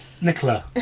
Nicola